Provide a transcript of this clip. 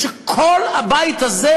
כל הבית הזה